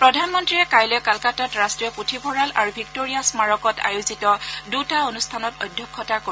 প্ৰধানমন্ত্ৰীয়ে কাইলৈ কলকাতাত ৰাষ্ট্ৰীয় পুথিভঁৰাল আৰু ভিক্টৰিয়া স্মাৰকত আয়োজিত দুটা অনুষ্ঠানত অধ্যক্ষতা কৰিব